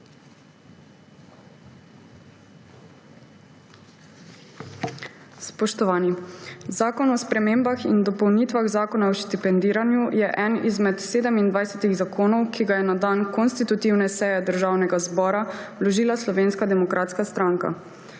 Spoštovani! Zakon o spremembah in dopolnitvah Zakona o štipendiranju je eden izmed 27 zakonov, ki jih je na dan konstitutivne seje Državnega zbora vložila Slovenska demokratska stranka.